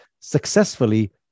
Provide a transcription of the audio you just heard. successfully